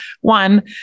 one